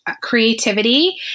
creativity